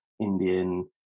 Indian